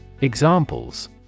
Examples